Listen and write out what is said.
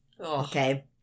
okay